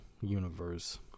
Universe